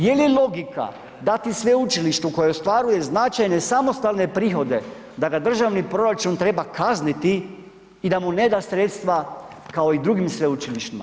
Je li logika dati sveučilištu koje ostvaruje značajne samostalne prihode da ga državni proračun treba kazniti i da mu ne da sredstva kao i drugim sveučilištima?